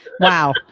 Wow